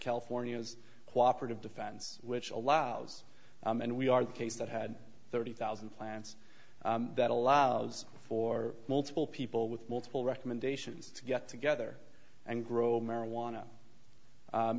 california's cooperated defense which allows and we are the case that had thirty thousand plants that allows for multiple people with multiple recommendations to get together and grow marijuana